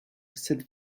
sed